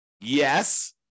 Yes